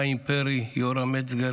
חיים פרי, יורם מצגר